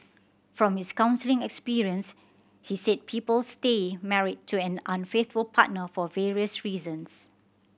from his counselling experience he said people stay married to an unfaithful partner for various reasons